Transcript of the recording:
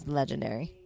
legendary